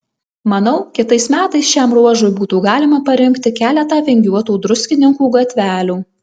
manau kitais metais šiam ruožui būtų galima parinkti keletą vingiuotų druskininkų gatvelių